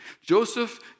Joseph